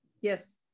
Yes